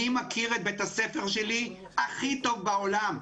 אני מכיר את בית הספר שלי הכי טוב בעולם.